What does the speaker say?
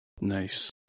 Nice